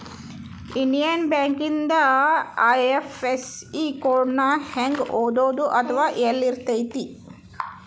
Indian ಬ್ಯಾಂಕಿಂದ IFSC code ನ ಹೆಂಗ ಓದೋದು ಅಥವಾ ಯೆಲ್ಲಿರ್ತೆತಿ?